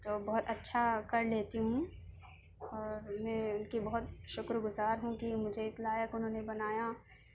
تو بہت اچھا کر لیتی ہوں اور میں ان کی بہت شکر گزار ہوں کہ مجھے اس لائق انہوں نے بنایا